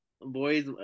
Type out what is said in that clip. boys